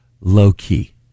low-key